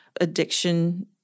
addiction